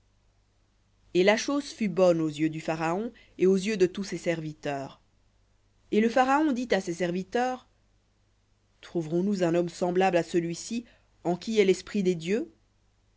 et la chose fut bonne aux yeux du pharaon et aux yeux de tous ses serviteurs et le pharaon dit à ses serviteurs trouverons-nous un homme semblable à celui-ci en qui est l'esprit des dieux